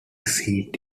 seat